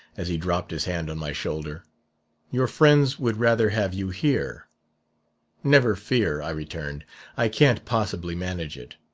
as he dropped his hand on my shoulder your friends would rather have you here never fear i returned i can't possibly manage it.